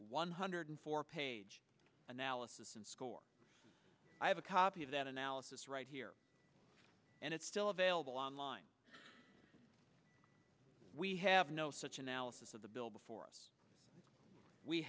one hundred four page analysis and score i have a copy of that analysis right here and it's still available online we have no such analysis of the bill before us we